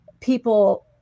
people